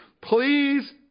please